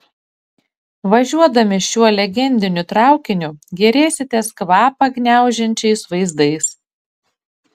važiuodami šiuo legendiniu traukiniu gėrėsitės kvapą gniaužiančiais vaizdais